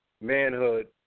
manhood